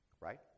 right